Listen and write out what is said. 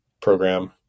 program